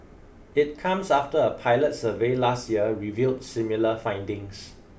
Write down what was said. it comes after a pilot survey last year revealed similar findings